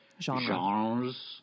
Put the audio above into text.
genres